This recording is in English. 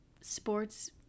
sports